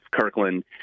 Kirkland